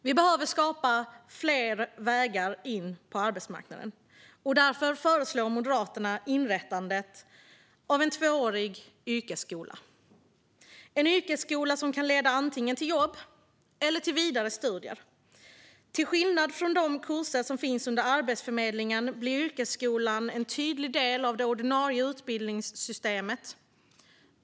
Vi behöver skapa fler vägar in på arbetsmarknaden, och därför föreslår Moderaterna inrättandet av en tvåårig yrkesskola som kan leda antingen till jobb eller till vidare studier. Till skillnad från de kurser som finns under Arbetsförmedlingen blir yrkesskolan en tydlig del av det ordinarie utbildningssystemet.